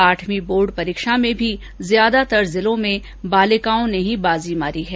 आठवी बोर्ड परीक्षा में भी ज्यादातर जिलों में बालिकाओं ने ही बाजी मारी है